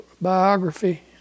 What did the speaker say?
biography